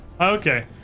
Okay